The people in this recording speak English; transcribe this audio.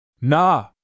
Nah